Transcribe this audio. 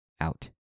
Out